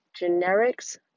Generics